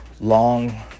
long